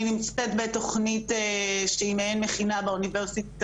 אני נמצאת בתוכנית שהיא מעין מכינה באוניברסיטה